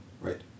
Right